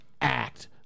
act